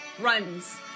runs